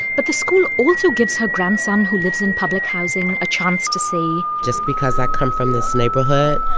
but the school also gives her grandson, who lives in public housing, a chance to say. just because i come from this neighborhood,